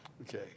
Okay